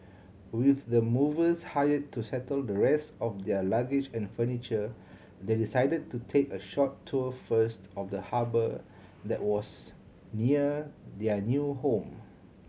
with the movers hired to settle the rest of their luggage and furniture they decided to take a short tour first of the harbour that was near their new home